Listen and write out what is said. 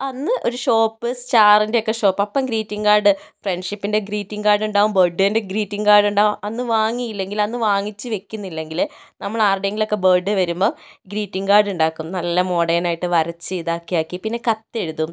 അന്ന് ഒരു ഷോപ്പ് സ്റ്റാറിൻൻ്റെ ഒക്കെ ഷോപ്പ് അപ്പം ഗ്രീറ്റിംഗ് കാർഡ് ഫ്രൺഷിപ്പിൻ്റെ ഗ്രീറ്റിംഗ് കാർഡ് ഉണ്ടാകും ബർത്ത് ഡേൻ്റെ ഗ്രീറ്റിംഗ് കാർഡ് ഉണ്ടാകും അന്ന് വാങ്ങിയില്ലെങ്കിൽ അന്ന് വാങ്ങിച്ച് വെക്കുന്നില്ലെങ്കിൽ നമ്മൾ ആരുടെയെങ്കിലൊക്കെ ബർത്ത് ഡേ വരുമ്പോൾ ഗ്രീറ്റിംഗ് കാർഡ് ഉണ്ടാക്കും നല്ല മോഡേൺ ആയിട്ട് വരച്ച് ഇതാക്കി ആക്കി പിന്നെ കത്ത് എഴുതും